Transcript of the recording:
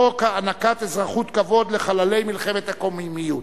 חוק הענקת אזרחות כבוד לחללי מלחמת הקוממיות.